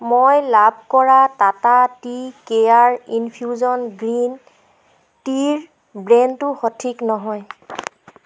মই লাভ কৰা Tata tea care infusion green tea ৰ ব্ৰেণ্ডটো সঠিক নহয়